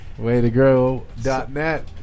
Waytogrow.net